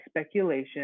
speculation